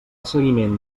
seguiment